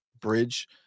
bridge